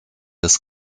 des